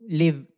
live